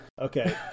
okay